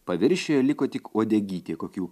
paviršiuje liko tik uodegytė kokių